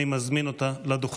אני מזמין אותה לדוכן.